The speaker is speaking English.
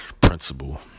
principle